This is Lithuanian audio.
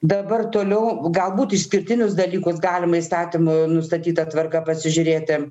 dabar toliau galbūt išskirtinius dalykus galima įstatymų nustatyta tvarka pasižiūrėti